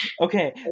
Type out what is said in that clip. Okay